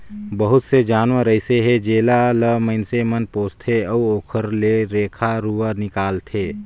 बहुत से जानवर अइसे हे जेला ल माइनसे मन पोसथे अउ ओखर ले रेखा रुवा निकालथे